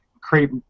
create